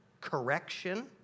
correction